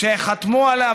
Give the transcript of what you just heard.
כשחתמו עליו